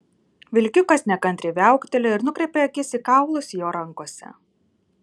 vilkiukas nekantriai viauktelėjo ir nukreipė akis į kaulus jo rankose